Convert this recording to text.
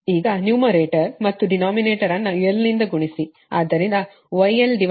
ಈಗ ನ್ಯೂಮರೇಟರ್ ಮತ್ತು ಡಿನೋಮಿನೇಟರ್ ಅನ್ನು l ನಿಂದ ಗುಣಿಸಿ ಆದ್ದರಿಂದ γlyl